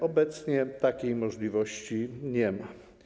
Obecnie takiej możliwości nie ma.